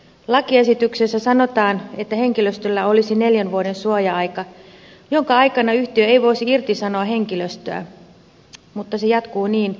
lakiesityksessä sanotaan että henkilöstöllä olisi neljän vuoden suoja aika jonka aikana yhtiö ei voisi irtisanoa henkilöstöä mutta se jatkuu